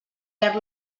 perd